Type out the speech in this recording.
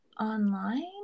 online